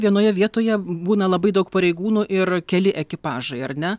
vienoje vietoje būna labai daug pareigūnų ir keli ekipažai ar ne